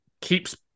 keeps